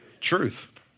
truth